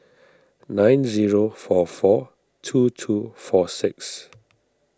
nine zero four four two two four six